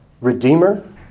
Redeemer